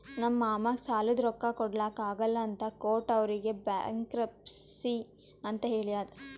ನಮ್ ಮಾಮಾಗ್ ಸಾಲಾದ್ ರೊಕ್ಕಾ ಕೊಡ್ಲಾಕ್ ಆಗಲ್ಲ ಅಂತ ಕೋರ್ಟ್ ಅವ್ನಿಗ್ ಬ್ಯಾಂಕ್ರಪ್ಸಿ ಅಂತ್ ಹೇಳ್ಯಾದ್